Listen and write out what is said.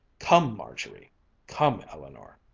come, margery come, eleanor.